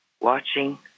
watching